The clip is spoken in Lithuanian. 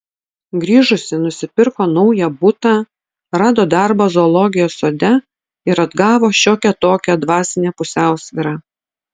grįžusi nusipirko naują butą rado darbą zoologijos sode ir atgavo šiokią tokią dvasinę pusiausvyrą